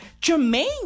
Jermaine